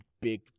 big